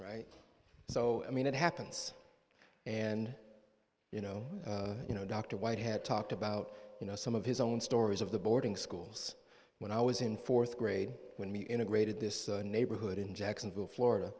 so i mean it happens and you know you know dr white had talked about you know some of his own stories of the boarding schools when i was in fourth grade when we integrated this neighborhood in jacksonville florida